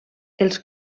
els